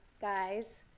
guys